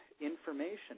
information